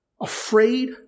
afraid